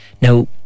Now